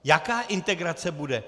Jaká integrace bude?